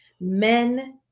men